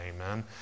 amen